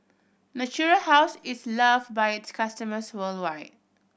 Natura House is loved by its customers worldwide